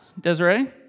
Desiree